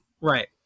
right